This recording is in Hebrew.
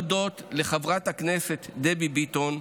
זו הזדמנות להודות גם לחברת הכנסת דבי ביטון,